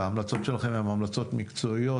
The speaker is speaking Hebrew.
ההמלצות שלכם הן המלצות מקצועיות,